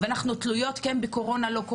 ואנחנו תלויות באם יש או אין קורונה.